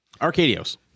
Arcadios